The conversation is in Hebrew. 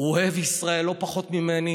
הוא אוהב ישראל לא פחות ממני,